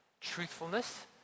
truthfulness